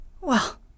Well